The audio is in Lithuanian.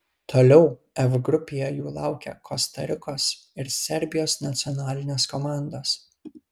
toliau f grupėje jų laukia kosta rikos ir serbijos nacionalinės komandos